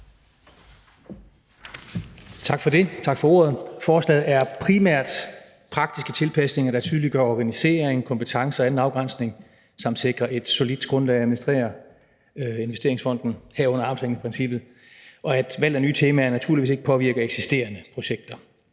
Vinther (RV): Tak for ordet. Forslaget handler primært om praktiske tilpasninger, der tydeliggør organisering, kompetencer og anden afgrænsning, som sikrer, at der er et solidt grundlag at administrere Den Sociale Investeringsfond på, herunder armslængdeprincippet, og at valg af nye temaer naturligvis ikke påvirker eksisterende projekter.